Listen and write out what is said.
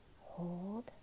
Hold